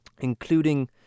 including